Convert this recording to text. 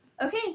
okay